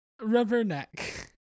Rubberneck